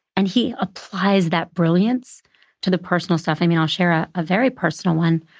and he applies that brilliance to the personal stuff i mean i'll share a ah very personal one.